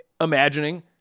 imagining